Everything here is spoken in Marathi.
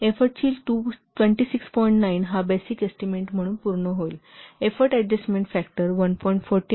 9 चा बेसिक एस्टीमेट म्हणून पूर्ण होईल एफोर्ट अडजस्टमेन्ट फॅक्टर 1